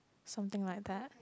something like that